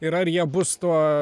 yra riebus tuo